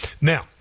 now